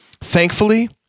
thankfully